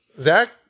zach